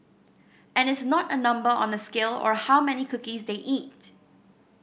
and it's not a number on a scale or how many cookies they eat